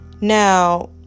Now